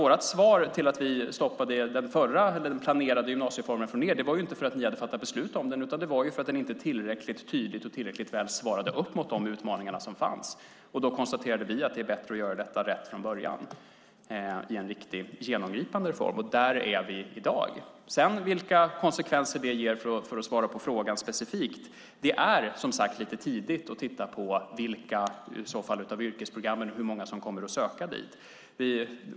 Anledningen till att vi stoppade den planerade gymnasiereformen från er var ju inte att ni hade fattat beslut om den, utan anledningen var att den inte tillräckligt tydligt och tillräckligt väl svarade upp mot de utmaningar som fanns. Då konstaterade vi att det var bättre att göra detta rätt från början i en riktig genomgripande reform, och där är vi i dag. Sedan handlade det om vilka konsekvenser det ger, för att svara specifikt på frågan. Det är som sagt lite tidigt att titta på yrkesprogrammen och hur många som kommer att söka dit.